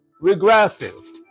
regressive